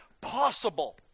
possible